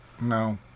No